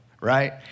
right